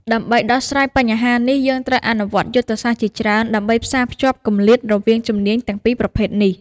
ដើម្បីដោះស្រាយបញ្ហានេះ យើងត្រូវអនុវត្តយុទ្ធសាស្ត្រជាច្រើនដើម្បីផ្សារភ្ជាប់គម្លាតរវាងជំនាញទាំងពីរប្រភេទនេះ។